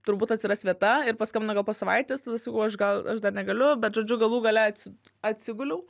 turbūt atsiras vieta ir paskambino gal po savaitės tada sakau aš gal aš dar negaliu bet žodžiu galų gale atsi atsiguliau